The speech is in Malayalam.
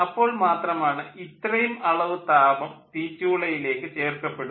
അപ്പോൾ മാത്രമാണ് ഇത്രയും അളവ് താപം തീച്ചൂളയിലേക്ക് ചേർക്കപ്പെടുന്നത്